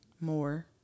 more